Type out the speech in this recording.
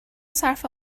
صرف